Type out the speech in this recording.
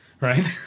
right